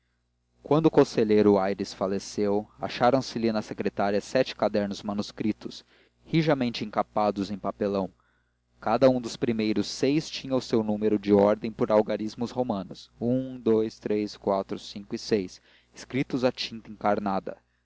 quando o conselheiro aires faleceu acharam se lhe na secretária sete cadernos manuscritos rijamente encapados em papelão cada um dos primeiros seis tinha o seu número de ordem por algarismos romanos i ii iii iv v vi escritos a tinta encarnada